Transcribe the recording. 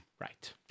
Right